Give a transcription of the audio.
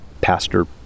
Pastor